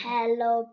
Hello